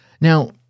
Now